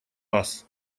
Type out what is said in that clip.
раз